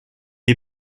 est